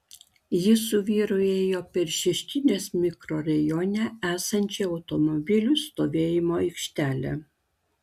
ji su vyru ėjo per šeškinės mikrorajone esančią automobilių stovėjimo aikštelę